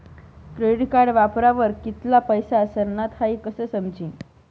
credit card वापरावर कित्ला पैसा सरनात हाई कशं समजी